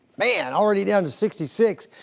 man, already down to sixty six.